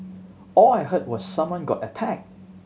all I heard was someone got attacked